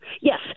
Yes